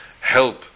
help